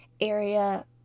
area